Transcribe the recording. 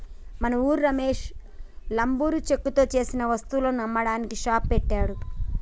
మన ఉరి రమేష్ లంబరు చెక్కతో సేసిన వస్తువులను అమ్మడానికి షాప్ పెట్టాడు